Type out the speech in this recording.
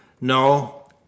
No